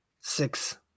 Six